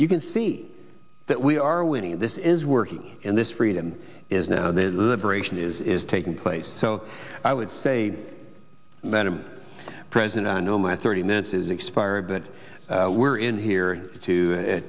you can see that we are winning this is working in this freedom is now the liberation is taking place so i would say that a president i know my thirty minutes is expired but we're in here to